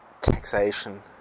taxation